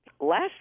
last